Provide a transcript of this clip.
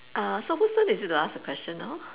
uh so whose turn is it to ask a question now